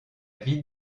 ville